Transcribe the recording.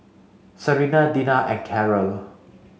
Serena Dinah and Caryl